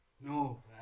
No